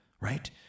right